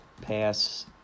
pass